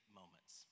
moments